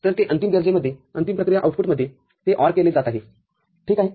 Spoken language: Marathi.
तर ते अंतिम बेरजेमध्येअंतिम प्रक्रिया आउटपूटमध्ये ते ORकेले जात आहेत ठीक आहे